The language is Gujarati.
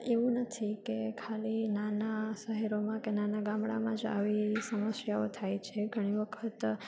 એવું નથી કે ખાલી નાના શહેરોમાં કે નાના ગામડામાંજ આવી સમસ્યાઓ થાય છે ઘણી વખત